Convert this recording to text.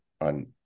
on